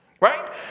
Right